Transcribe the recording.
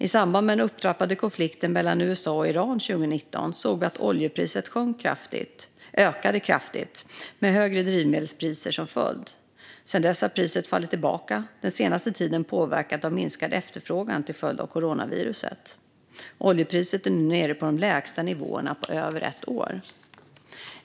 I samband med den upptrappade konflikten mellan USA och Iran 2019 såg vi att oljepriset ökade kraftigt, med högre drivmedelspriser som följd. Sedan dess har priset fallit tillbaka, den senaste tiden påverkat av minskad efterfrågan till följd av coronaviruset. Oljepriset är nu nere på de lägsta nivåerna på över ett år.